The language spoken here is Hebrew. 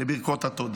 לברכות התודה,